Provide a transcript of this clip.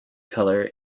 color